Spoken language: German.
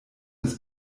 des